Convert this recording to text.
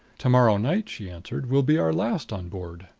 to-morrow night, she answered, will be our last on board.